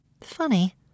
Funny